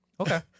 Okay